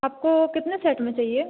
आपको कितने सेट में चाहिए